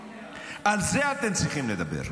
על זה אתם צריכים לדבר.